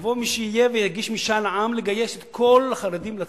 יבוא מי שיהיה ויגיש משאל עם לגיוס כל החרדים לצבא.